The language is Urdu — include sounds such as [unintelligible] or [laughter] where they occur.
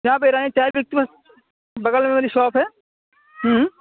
جہاں پہ ایرانی چائے بکتی ہے [unintelligible] بغل میں میری شاپ ہے ہوں